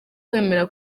kwemera